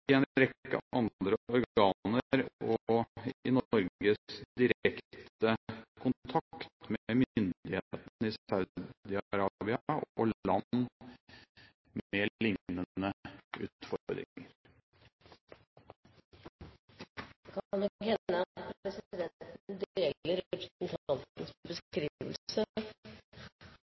en rekke andre internasjonale organer og i Norges direkte kontakt med myndighetene i Saudi-Arabia og land med lignende utfordringer. Det kan nok hende at presidenten deler representantens beskrivelse.